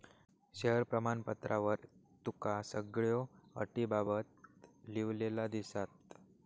share प्रमाणपत्रावर तुका सगळ्यो अटींबाबत लिव्हलेला दिसात